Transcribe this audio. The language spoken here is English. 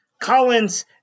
Collins